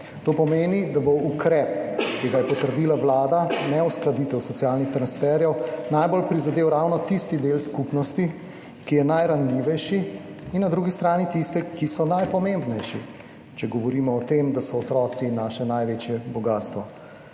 To pomeni, da bo ukrep, ki ga je potrdila Vlada, neuskladitev socialnih transferjev, najbolj prizadel ravno tisti del skupnosti, ki je najranljivejši, in na drugi strani tiste, ki so najpomembnejši, če govorimo o tem, da so otroci naše največje bogastvo.